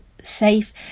safe